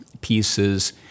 pieces